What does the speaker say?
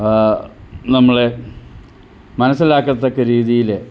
നമ്മളെ മനസ്സിലാക്കത്തക്ക രീതിയിൽ